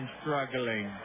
struggling